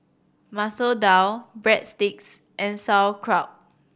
Masoor Dal Breadsticks and Sauerkraut